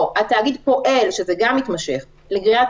או "התאגיד פועל" שזה גם מתמשך "לגריעת